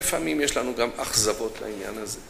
לפעמים יש לנו גם אכזבות לעניין הזה